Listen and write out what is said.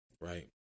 right